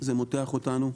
זה מותח אותנו,